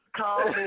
call